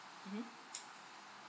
mmhmm